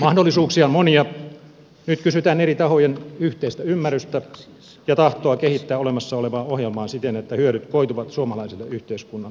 mahdollisuuksia on monia nyt kysytään eri tahojen yhteistä ymmärrystä ja tahtoa kehittää olemassa olevaa ohjelmaa siten että hyödyt koituvat suomalaiselle yhteiskunnalle